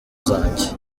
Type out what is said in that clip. zanjye